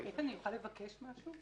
איתן, אני יכולה לבקש משהו?